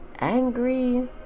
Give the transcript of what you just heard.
angry